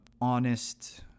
honest